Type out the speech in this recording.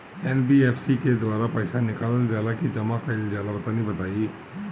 NBFC के द्वारा पईसा निकालल जला की जमा कइल जला तनि बताई?